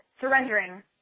surrendering